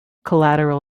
collateral